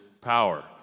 power